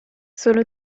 solo